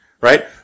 right